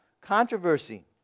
controversy